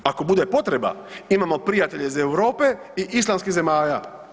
Ako bude potreba imamo prijatelje iz Europe i islamskih zemalja.